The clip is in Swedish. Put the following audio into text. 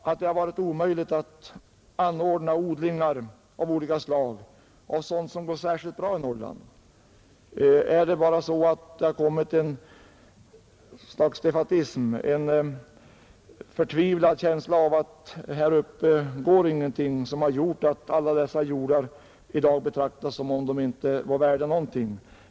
Varför har det varit omöjligt att ha odlingar av sådant som går särskilt bra i Norrland? Är det bara ett slags defaitism, en förtvivlad känsla av att här uppe går ingenting, som har gjort att alla dessa jordar i dag betraktas som om de inte vore värda någonting?